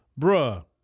Bruh